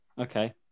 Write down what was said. okay